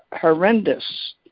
horrendous